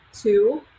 Two